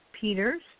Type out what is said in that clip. Peters